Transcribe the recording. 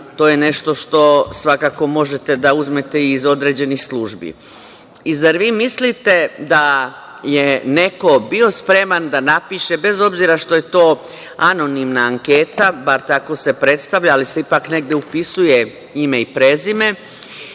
To je nešto što svakako možete da uzmete iz određenih službi. Zar mislite da je neko bio spreman da napiše, bez obzira što je to anonimna anketa, bar se tako predstavlja, ali se ipak negde upisuje ime i prezime,